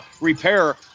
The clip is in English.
repair